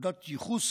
נקודת ייחוס